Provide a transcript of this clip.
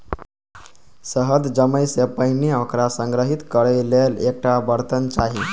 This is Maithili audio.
शहद जमै सं पहिने ओकरा संग्रहीत करै लेल एकटा बर्तन चाही